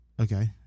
Okay